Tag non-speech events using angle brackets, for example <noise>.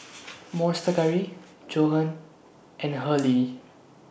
<noise> Monster Curry Johan and Hurley